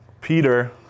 Peter